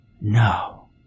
No